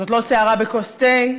זאת לא סערה בכוס תה,